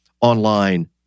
online